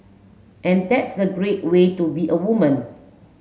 and that's a great way to be a woman